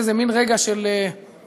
שזה מין רגע של אושר,